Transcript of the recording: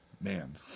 man